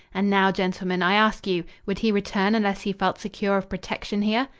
and now, gentlemen, i ask you would he return unless he felt secure of protection here?